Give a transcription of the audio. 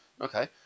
Okay